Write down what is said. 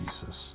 Jesus